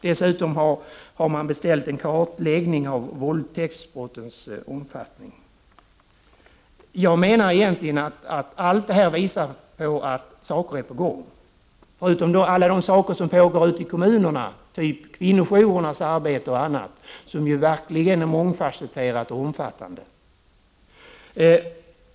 Dessutom har man beställt en kartläggning av våldtäktsbrottens omfattning. Jag menar egentligen att allt detta visar att saker är på gång, förutom alla de saker som pågår ute i kommunerna, t.ex. kvinnojourernas arbete och annat som ju verkligen är mångfasetterat och omfattande.